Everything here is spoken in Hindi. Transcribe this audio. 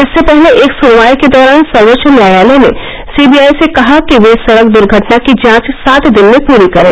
इससे पहले एक सुनवाई के दौरान सर्वोच्च न्यायालय ने सीबीआई से कहा कि वे सड़क दर्घटना की जांच सात दिन में पूरी करें